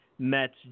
Mets